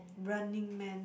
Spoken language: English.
Running Man